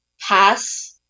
pass